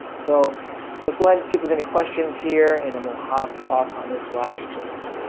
so let's go ahead and see if there's any questions here and then we'll hop off on this live stream.